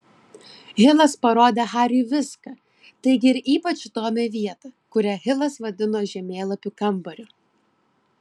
hilas parodė hariui viską taigi ir ypač įdomią vietą kurią hilas vadino žemėlapių kambariu